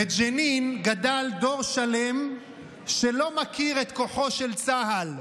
בג'נין גדל דור שלם שלא מכיר את כוחו של צה"ל,